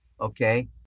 okay